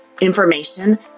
information